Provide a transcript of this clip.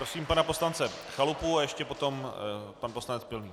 Prosím pana poslance Chalupu a ještě potom pan poslanec Pilný.